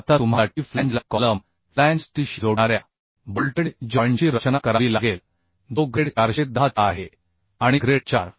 आता तुम्हाला T फ्लॅंजला कॉलम फ्लॅंज स्टीलशी जोडणाऱ्या बोल्टेड जॉइंटची रचना करावी लागेल जो ग्रेड 410 चा आहे आणि ग्रेड 4